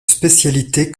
spécialité